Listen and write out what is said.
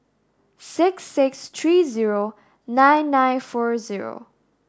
six six three zero nine nine four zero